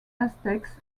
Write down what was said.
aztecs